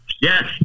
Yes